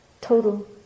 total